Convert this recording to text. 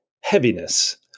heaviness